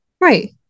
Right